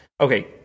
okay